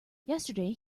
yesterday